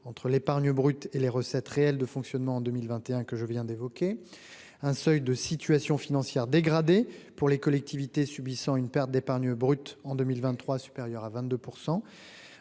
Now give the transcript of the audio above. entre l'épargne brute et les recettes réelles de fonctionnement en 2021 que je viens d'évoquer un seuil de situation financière dégradée pour les collectivités, subissant une perte d'épargne brute en 2023 supérieure à 22